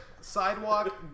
sidewalk